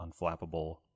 unflappable